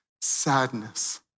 sadness